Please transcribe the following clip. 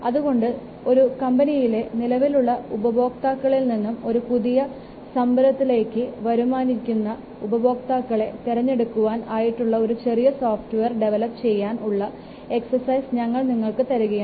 അതുകൊണ്ട് ഒരു കമ്പനിയിലെ നിലവിലുള്ള ഉപഭോക്താക്കളിൽനിന്ന് ഒരു പുതിയ സംരംഭത്തിലേക്ക് വരുവാനിരിക്കുന്ന ഉപഭോക്താക്കളെ തെരഞ്ഞെടുക്കുവാൻ ആയിട്ടുള്ള ഒരു ചെറിയ സോഫ്റ്റ്വെയർ ഡെവലപ്പ് ചെയ്യാൻ ഉള്ള എക്സസൈസ് ഞങ്ങൾ നിങ്ങൾക്ക് തരികയാണ്